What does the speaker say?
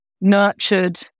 nurtured